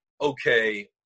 okay